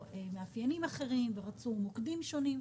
ושוב,